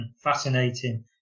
Fascinating